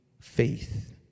faith